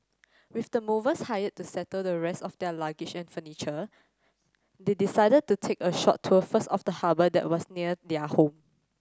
with the movers hired to settle the rest of their luggage and furniture they decided to take a short tour first of the harbour that was near their home